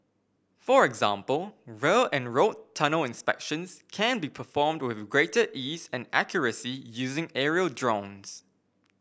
for example rail and road tunnel inspections can be performed with greater ease and accuracy using aerial drones